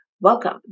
Welcome